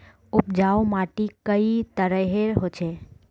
उपजाऊ माटी कई तरहेर होचए?